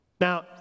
Now